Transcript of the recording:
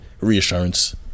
reassurance